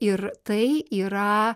ir tai yra